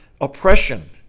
oppression